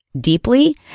deeply